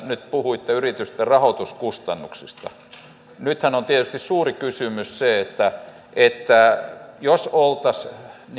nyt puhuitte yritysten rahoituskustannuksista nythän on tietysti suuri kysymys se että jos oltaisiin